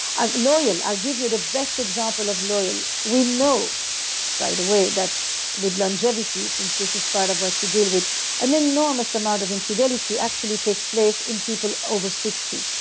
i'm loyal, i'll give you the best example of loyal we know right away that with longevity since this is part of what you deal with an enormous amount of infidelity actually takes place in people over sixty.